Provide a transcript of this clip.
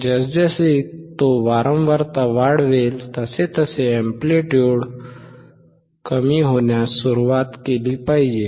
जसजसे तो वारंवारता वाढवेल तसतसे एंप्लिट्युड कमी होण्यास सुरुवात केली पाहिजे